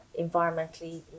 environmentally